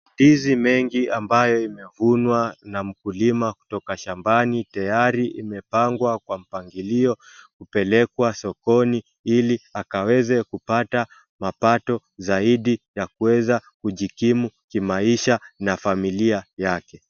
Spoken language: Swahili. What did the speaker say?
Ndizi mengi ambayo imevunwa na mkulima kutoka shambani, tayari imepangwa kwa mpangilio kupelekwa sokoni, ili akaweze kupata mapato zaidi ya kuweza kujikimu kimaisha na familia yake.